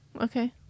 Okay